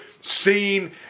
seen